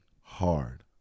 hard